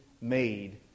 made